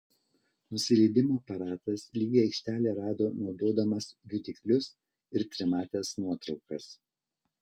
nusileidimo aparatas lygią aikštelę rado naudodamas jutiklius ir trimates nuotraukas